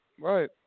Right